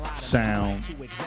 sound